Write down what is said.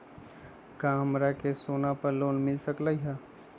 का हमरा के सोना पर लोन मिल सकलई ह?